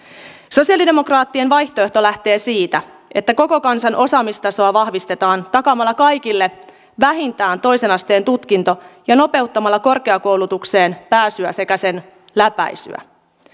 sosialidemokraattien vaihtoehto lähtee siitä että koko kansan osaamistasoa vahvistetaan takaamalla kaikille vähintään toisen asteen tutkinto ja nopeuttamalla korkeakoulutukseen pääsyä sekä sen läpäisyä